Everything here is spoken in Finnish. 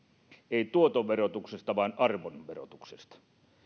puhuta tuoton verotuksesta vaan arvon verotuksesta